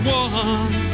one